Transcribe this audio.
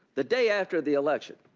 the day after the election.